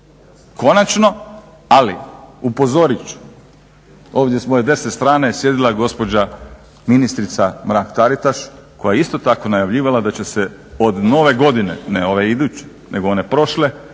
Konačno ali upozoriti ću, ovdje s moje desne strane je sjedila gospođa ministrica Mrak-Taritaš koja je isto tako najavljivala da će se od nove godine, ne ove iduće nego one prošle